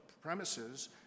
premises